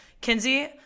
Kinsey